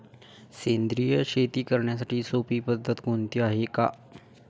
सेंद्रिय शेती करण्याची सोपी पद्धत कोणती आहे का?